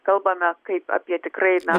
kalbame kaip apie tikrai na